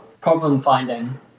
problem-finding